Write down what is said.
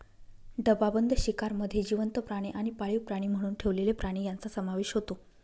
डबाबंद शिकारमध्ये जिवंत प्राणी आणि पाळीव प्राणी म्हणून ठेवलेले प्राणी यांचा समावेश होतो